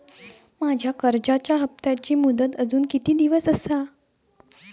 माझ्या कर्जाचा हप्ताची मुदत अजून किती दिवस असा?